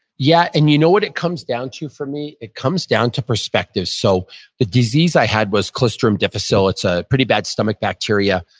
yeah, and you know what it comes down to for me? it comes down to perspective. so the disease i had was colostrum difficile. it's a pretty bad stomach bacteria.